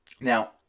now